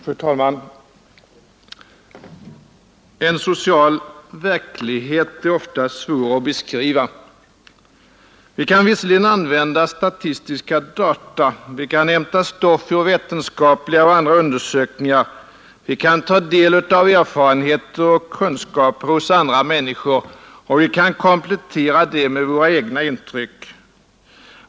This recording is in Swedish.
Fru talman! En social verklighet är ofta svår att beskriva. Vi kan visserligen använda statistiska data, vi kan hämta stoff ur vetenskapliga och andra undersökningar, vi kan ta del av erfarenheter och kunskaper hos andra människor och vi kan komplettera det med våra egna intryck.